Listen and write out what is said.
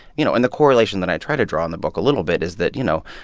you know, and the correlation that i try to draw in the book a little bit is that, you know,